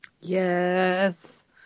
yes